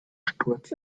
sturz